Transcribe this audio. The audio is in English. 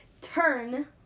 turn